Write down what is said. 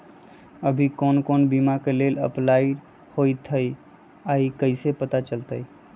अभी कौन कौन बीमा के लेल अपलाइ होईत हई ई कईसे पता चलतई?